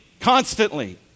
Constantly